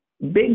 big